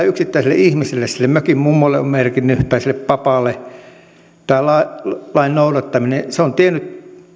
yksittäiselle ihmiselle sille mökin mummolle tai papalle on merkinnyt se on tiennyt